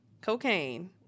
Cocaine